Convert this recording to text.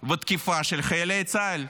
ותקיפה של חיילי צה"ל.